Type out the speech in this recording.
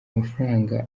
mafaranga